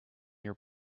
your